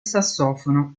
sassofono